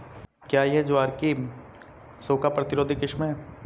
क्या यह ज्वार की सूखा प्रतिरोधी किस्म है?